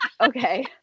Okay